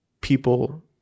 people